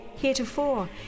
Heretofore